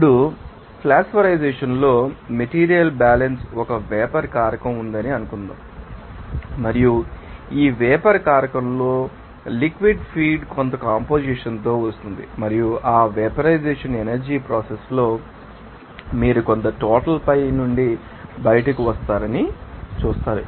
ఇప్పుడు ఫ్లాష్వెపరైజెషన్ంలో material balance ఒక వేపర్ కారకం ఉందని అనుకుందాం మరియు ఈ వేపర్ కారకంలో లిక్విడ్ ఫీడ్ కొంత కంపొజిషన్ తో వస్తుంది మరియు ఆవెపరైజెషన్ ఎనర్జీ ప్రోసెస్ లో మీరు కొంత టోటల్ పై నుండి బయటకు వస్తారని చూస్తారు